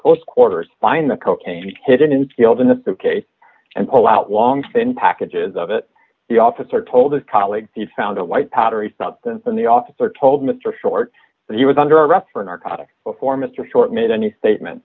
close quarters find the cocaine hidden field in a suitcase and pull out long thin packages of it the officer told a colleague he found a white powdery substance on the officer told mr short that he was under arrest for narcotics before mr short made any statement